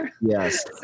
Yes